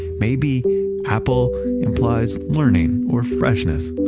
maybe apple implies learning or freshness.